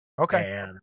Okay